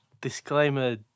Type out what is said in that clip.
disclaimer